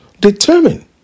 determine